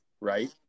right